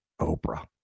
Oprah